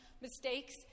mistakes